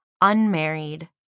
unmarried